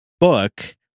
book